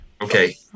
Okay